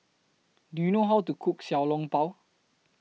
Do YOU know How to Cook Xiao Long Bao